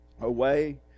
away